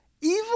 evil